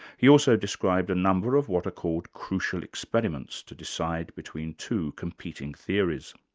he also described a number of what are called crucial experiments to decide between two competing theories.